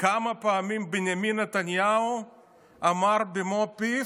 כמה פעמים בנימין נתניהו אמר במו פיו: